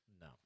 No